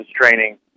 training